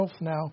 now